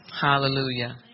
Hallelujah